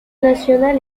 nacional